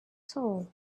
soul